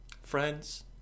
friends